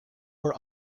were